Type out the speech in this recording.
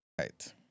Right